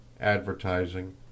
advertising